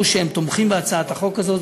ואמרו שהם תומכים בהצעת החוק הזו.